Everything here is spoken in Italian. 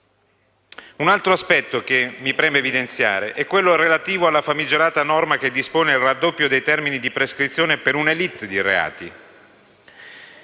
Un altro aspetto che mi preme evidenziare è quello relativo alla famigerata norma che dispone il raddoppio dei termini di prescrizione per un'*élite* di reati: